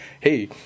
hey